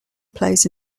plays